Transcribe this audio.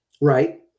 Right